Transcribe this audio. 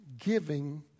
giving